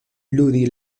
ludi